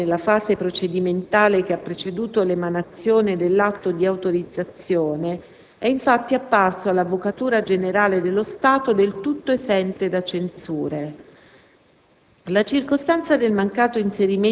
L'operato dell'Amministrazione nella fase procedimentale che ha preceduto l'emanazione dell'atto di autorizzazione è infatti apparso all'Avvocatura generale dello Stato del tutto esente da censure.